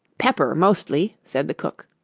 pepper, mostly said the cook.